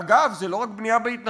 אגב, זה לא רק בנייה בהתנחלויות.